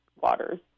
waters